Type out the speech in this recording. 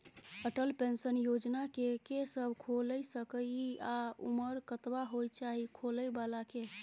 Atal pension Yojana के के सब खोइल सके इ आ उमर कतबा होय चाही खोलै बला के?